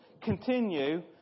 continue